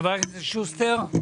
חברת הכנסת אימאן,